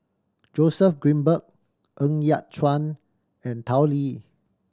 Joseph Grimberg Ng Yat Chuan and Tao Li